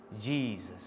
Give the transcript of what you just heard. Jesus